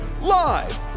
Live